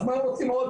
אז מה הם רוצים עוד?